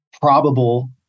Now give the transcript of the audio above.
probable